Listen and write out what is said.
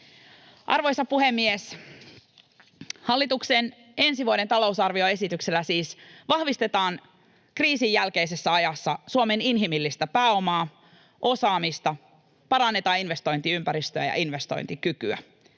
Arvoisa puhemies! Hallituksen ensi vuoden talousarvioesityksellä siis vahvistetaan kriisin jälkeisessä ajassa Suomen inhimillistä pääomaa, osaamista, parannetaan investointiympäristöä ja investointikykyä.